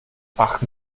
achten